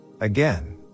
again